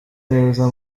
neza